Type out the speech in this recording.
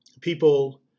people